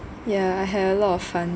yeah I had a lot of fun